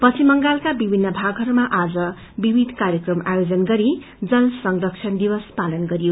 पश्चिम बंगालका विभिन्न भागहरूमा आज विविध कार्यक्रम आयोजन गरी जल संरक्षण दिवस पालन गरियो